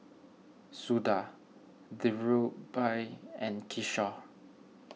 Suda Dhirubhai and Kishore